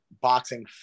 boxing